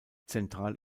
zentral